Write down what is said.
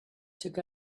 took